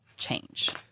Change